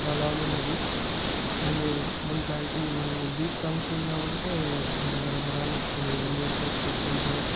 so అలా ఉండింది అది అండ్ సౌండ్ క్లారిటి మనము బీట్ సాంగ్సు విన్నామంటే గర గర గరా అని వస్తుంది ఈ రెండు ఇయర్పాడ్స్ పెట్టుకుంటే